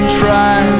try